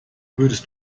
würdest